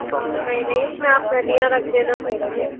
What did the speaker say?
नहीं नहीं इसमें आप धनिया रख देना थोड़ा सा